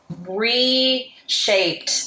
reshaped